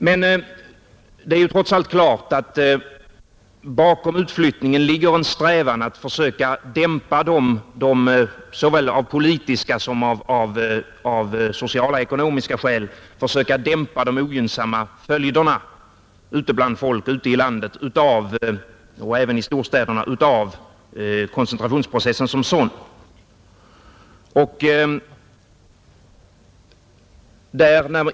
Men det är trots allt klart att bakom utflyttningen ligger en strävan att försöka dämpa de såväl av politiska som av sociala-ekonomiska skäl ogynnsamma följderna bland folk ute i landet och även i storstäderna av koncentrationsprocessen som sådan.